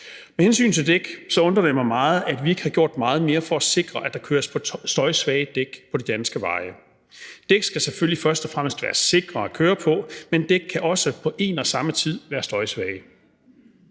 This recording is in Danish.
Med hensyn til dæk undrer det mig meget, at vi ikke har gjort meget mere for at sikre, at der køres på støjsvage dæk på de danske veje. Dæk skal selvfølgelig først og fremmest være sikre at køre på, men dæk kan også på en og samme tid være støjsvage.